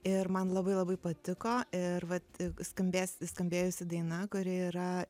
ir man labai labai patiko ir vat skambės skambėjusi daina kuri yra